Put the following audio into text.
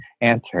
answer